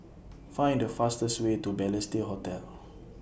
Find The fastest Way to Balestier Hotel